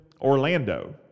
Orlando